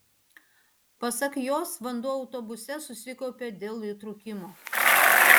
pasak jos vanduo autobuse susikaupė dėl įtrūkimo